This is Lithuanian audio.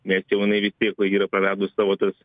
nes jau jinai vis tiek yra praradus savo tas